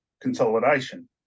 consolidation